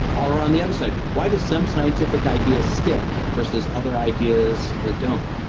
or on the other side, why does some scientific ideas stick versus other ideas that don't?